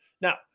Now